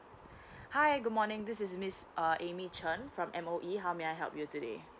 hi good morning this is miss a amy chan from M_O_E how may I help you today